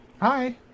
Hi